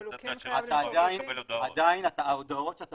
אבל הוא כן חייב ל --- אבל עדיין ההודעות שאתה